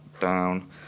down